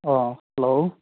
ꯑꯥ hello